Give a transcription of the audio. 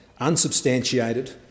unsubstantiated